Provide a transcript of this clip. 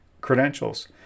credentials